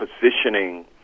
positioning